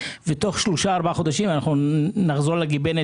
ותוך שלושה-ארבעה חודשים נחזור לגיבנת